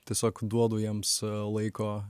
tiesiog duodu jiems laiko